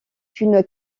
une